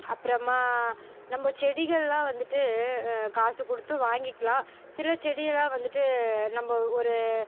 அப்புறமா நம்ம செடிகள்லாம் வந்துகிட்டு காசு கொடுத்து வாங்கிக்கலாம் சில செடியலாம் வந்துட்டு நம்ம ஒரு